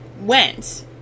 went